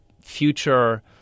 future